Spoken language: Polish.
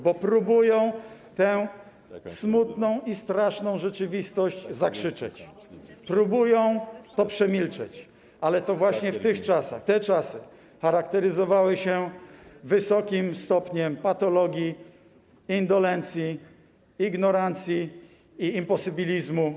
Bo próbują tę smutną i straszną rzeczywistość zakrzyczeć, próbują to przemilczeć, ale to te czasy charakteryzowały się wysokim stopniem patologii, indolencji, ignorancji i imposybilizmu.